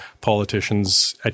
politicians